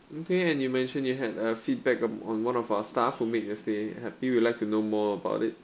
okay and you mentioned you had a feedback um on one of our staff who make your stay happy we'll like to know more about it